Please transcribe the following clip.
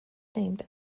named